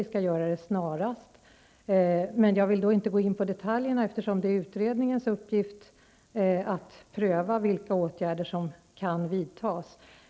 Vi skall också göra det snarast, men jag vill inte gå in på detaljerna, eftersom det är utredningens uppgift att pröva vilka åtgärder som kan vidtas.